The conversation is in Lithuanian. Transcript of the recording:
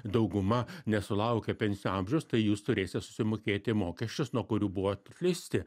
dauguma nesulaukę pensinio amžiaus tai jūs turėsit susimokėti mokesčius nuo kurių buvot atleisti